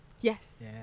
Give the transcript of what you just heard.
Yes